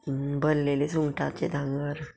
भरलेले सुंगटाचे दांगर